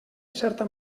certa